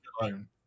alone